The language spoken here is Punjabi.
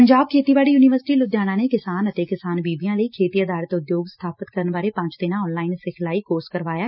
ਪੰਜਾਬ ਖੇਤੀਬਾੜੀ ਯੂਨੀਵਰਸਿਟੀ ਲੁਧਿਆਣਾ ਨੇ ਕਿਸਾਨ ਅਤੇ ਕਿਸਾਨ ਬੀਬੀਆਂ ਲਈ ਖੇਤੀ ਆਧਾਰਿਤ ਉਦਯੋਗ ਸਬਾਪਿਤ ਕਰਨ ਬਾਰੇ ਪੰਜ ਦਿਨਾਂ ਆਨਲਾਈਨ ਸਿਖਲਾਈ ਕੋਰਸ ਕਰਵਾਇਆ ਗਿਆ